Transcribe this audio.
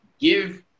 Give